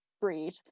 breed